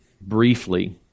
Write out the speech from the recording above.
briefly